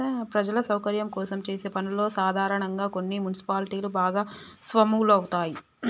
ప్రజల సౌకర్యం కోసం చేసే పనుల్లో సాధారనంగా కొన్ని మున్సిపాలిటీలు భాగస్వాములవుతాయి